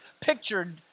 pictured